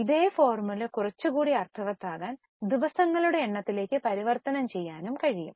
ഇതേ ഫോർമുല കുറച്ചുകൂടി അര്ഥവത്താക്കാൻ ദിവസങ്ങളുടെ എണ്ണത്തിലേക്ക് പരിവർത്തനം ചെയ്യാനും കഴിയും